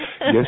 Yes